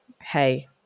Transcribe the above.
hey